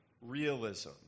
realism